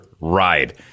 ride